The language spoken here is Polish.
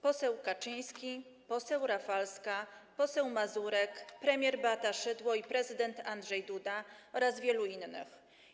Poseł Kaczyński, poseł Rafalska, poseł Mazurek, premier Beata Szydło i prezydent Andrzej Duda oraz wielu innych.